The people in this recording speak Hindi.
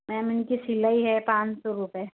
मैम इनकी सिलाई है पाँच सौ रुपए